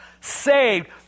saved